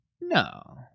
No